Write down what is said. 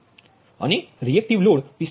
અને reactive load 45